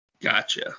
Gotcha